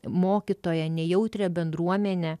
mokytoją nejautrią bendruomenę